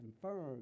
confirmed